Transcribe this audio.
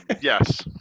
Yes